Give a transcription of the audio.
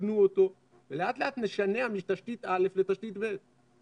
ויקנו אותו ולאט לאט נשנע מתשתית א' לתשתית ב'.